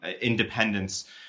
independence